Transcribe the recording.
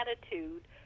attitude